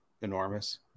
enormous